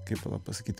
kaip pala pasakyt